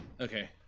Okay